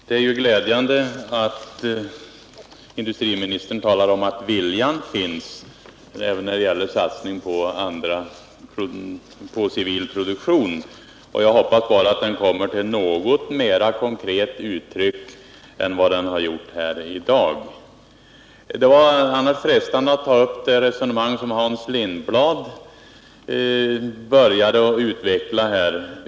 Herr talman! Det är ju glädjande att industriministern talar om att viljan finns när det gäller satsning på civil produktion, och jag hoppas bara att denna vilja kommer till något mera konkret uttryck än vad den har gjort här i dag. Det vore frestande att ta upp det resonemang som Hans Lindblad började utveckla här.